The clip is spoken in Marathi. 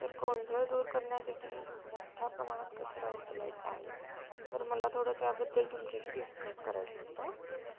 तर गोंधळ दूर करण्यासाठी मोठ्या प्रमाणात कचरा उचलायचा आहे तर मला थोडं त्याबद्दल तुमच्याशी डिस्कस करायचं होतं